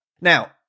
Now